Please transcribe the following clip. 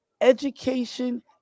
education